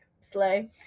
slay